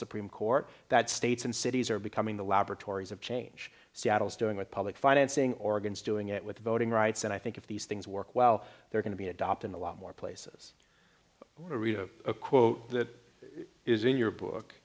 supreme court that states and cities are becoming the laboratories of change seattle's doing with public financing oregon's doing it with voting rights and i think if these things work well they're going to be adopted a lot more places a quote that is in your book